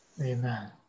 Amen